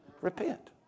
Repent